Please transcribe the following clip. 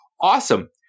Awesome